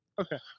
Okay